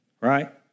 Right